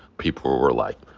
people were were like,